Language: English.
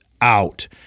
out